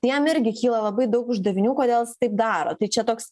tai jam irgi kyla labai daug uždavinių kodėl jis taip daro tai čia toks